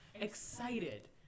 excited